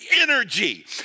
energy